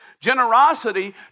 Generosity